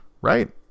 Right